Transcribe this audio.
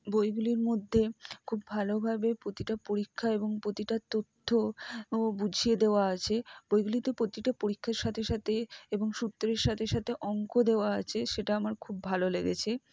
বইগুলির মধ্যে খুব ভালোভাবে প্রতিটা পরীক্ষা এবং প্রতিটা তথ্য ও বুঝিয়ে দেওয়া আছে বইগুলিতে প্রতিটা পরীক্ষার সাথে সাথে এবং সূত্রের সাথে সাথে অঙ্ক দেওয়া আছে সেটা আমার খুব ভালো লেগেছে